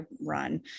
run